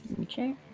Okay